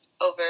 over